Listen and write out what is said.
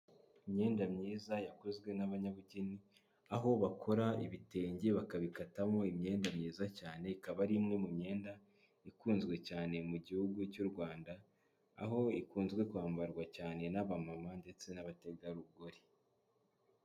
Imyenda myiza yakozwe n'abanyabugeni aho bakora ibitenge bakabikatamo imyenda myiza cyane, ikaba ari imwe mu myenda ikunzwe cyane mu gihugu cy'u Rwanda, aho ikunze kwambarwa cyane n'abama ndetse n'abategarugori.